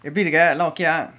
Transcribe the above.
be the guy not okay ah